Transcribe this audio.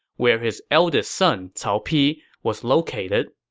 where his eldest son cao pi was located.